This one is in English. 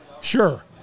sure